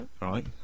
Right